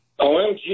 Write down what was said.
OMG